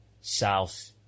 south